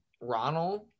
ronald